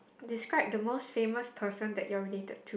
describe the most famous person that you are related to